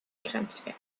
grenzwert